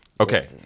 Okay